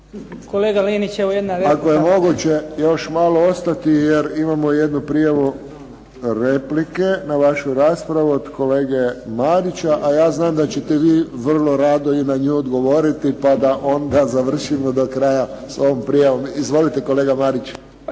kolega Linić. Ako je moguće još malo ostati, jer imamo jednu prijavu replike na vašu raspravu od kolege Marića, a ja znam da ćete vi vrlo rado i na nju odgovoriti, pa da onda završimo do kraja s ovom prijavom. Izvolite kolega Marić.